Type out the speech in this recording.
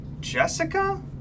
Jessica